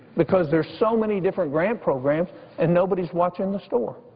because there's so many different grant programs and nobody's watching the store.